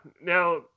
now